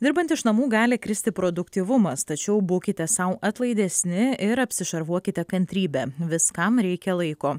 dirbant iš namų gali kristi produktyvumas tačiau būkite sau atlaidesni ir apsišarvuokite kantrybe viskam reikia laiko